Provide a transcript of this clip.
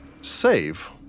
save